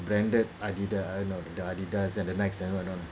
branded adida~ ah no the adidas and the next and what not